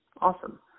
Awesome